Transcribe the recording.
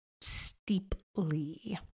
steeply